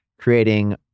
creating